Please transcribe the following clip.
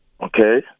Okay